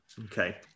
Okay